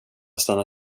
stanna